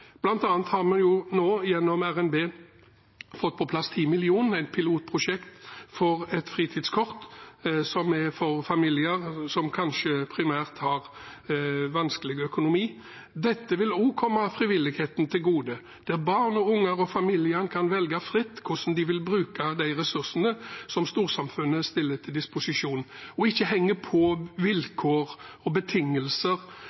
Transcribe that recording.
har vi nå gjennom revidert nasjonalbudsjett fått på plass 10 mill. kr til et pilotprosjekt for et fritidskort, primært kanskje for familier som har vanskelig økonomi. Dette vil også komme frivilligheten til gode, der barn og unge og familiene kan velge fritt hvordan de vil bruke de ressursene som storsamfunnet stiller til disposisjon, og at det ikke henger på